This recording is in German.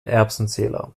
erbsenzähler